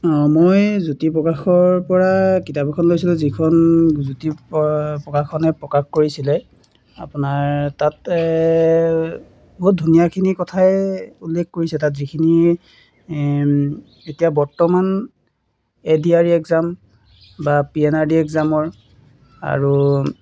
অঁ মই জ্যোতি প্ৰকাশৰ পৰা কিতাপ এখন লৈছিলোঁ যিখন জ্যোতি প প্ৰকাশনে প্ৰকাশ কৰিছিলে আপোনাৰ তাতে বহুত ধুনীয়াখিনি কথাই উল্লেখ কৰিছে তাত যিখিনি এতিয়া বৰ্তমান A D R E exam বা পি এন আৰ ডি এগ্জামৰ আৰু